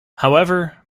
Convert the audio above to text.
however